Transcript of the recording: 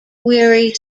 weary